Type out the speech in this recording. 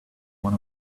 one